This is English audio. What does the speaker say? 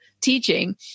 teaching